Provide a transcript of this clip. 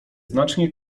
znacznie